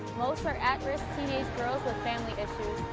most are at risk teenage girls with family issues.